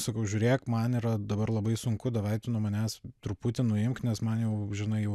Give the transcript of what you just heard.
sakau žiūrėk man yra dabar labai sunku davai tu manęs truputį nuimk nes man jau žinai jau